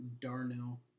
Darnell